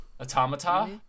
Automata